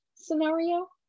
scenario